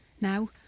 now